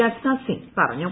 രാജ്നാഥ്സിംഗ് പറഞ്ഞു